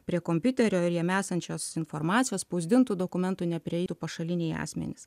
prie kompiuterio ir jame esančios informacijos spausdintų dokumentų neprieitų pašaliniai asmenys